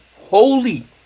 holy